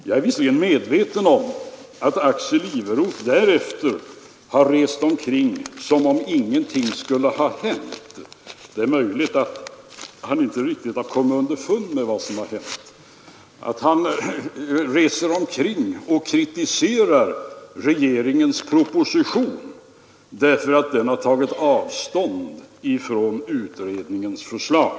Jag är visserligen medveten om att Axel Iveroth därefter har rest omkring som om ingenting skulle ha hänt — det är möjligt att han inte riktigt kommit underfund med vad som har hänt — och kritiserar regeringens proposition 93 därför att den har tagit avstånd från utredningens förslag.